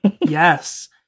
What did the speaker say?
yes